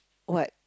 what